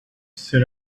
sit